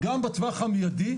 גם בטווח המיידי,